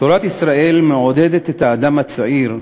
תורת ישראל מעודדת את האדם הצעיר,